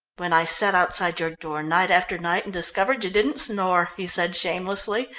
when i sat outside your door night after night and discovered you didn't snore, he said shamelessly,